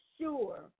sure